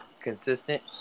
consistent